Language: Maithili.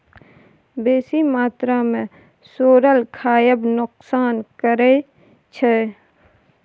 बेसी मात्रा मे सोरल खाएब नोकसान करै छै